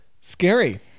Scary